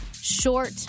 short